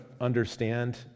understand